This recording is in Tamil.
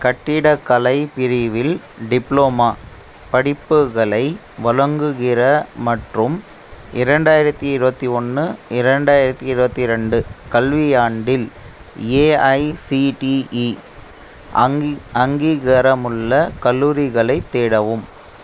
கட்டிடக்கலை பிரிவில் டிப்ளோமா படிப்புகளை வழங்குகிற மற்றும் இரண்டாயிரத்தி இருபத்தி ஒன்று இரண்டாயிரத்தி இருபத்தி ரெண்டு கல்வியாண்டில் ஏஐசிடிஇ அங்கீகாரமுள்ள கல்லூரிகளைத் தேடவும்